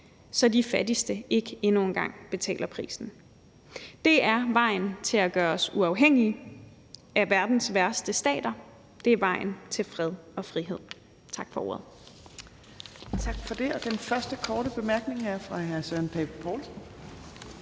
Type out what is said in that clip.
så de fattigste ikke endnu en gang betaler prisen. Det er vejen til at gøre os uafhængige af verdens værste stater. Det er vejen til fred og frihed. Tak for ordet.